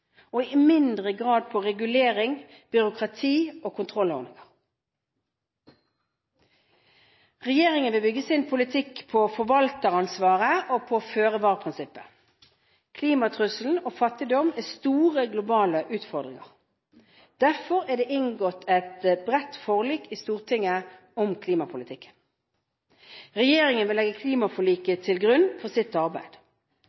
og i mindre grad på regulering, byråkrati og kontrollordninger. Regjeringen vil bygge sin politikk på forvalteransvaret og på føre-var-prinsippet. Klimatrusselen og fattigdom er store globale utfordringer. Derfor er det inngått et bredt forlik i Stortinget om klimapolitikken. Regjeringen vil legge